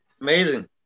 Amazing